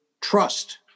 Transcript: trust